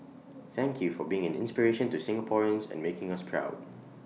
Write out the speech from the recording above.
thank you for being an inspiration to Singaporeans and making us proud